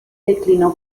declinó